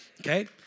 Okay